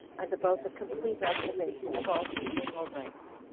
and about the complete observation of all his funeral rites.